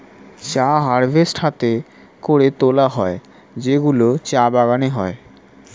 চা হারভেস্ট হাতে করে তোলা হয় যেগুলো চা বাগানে হয়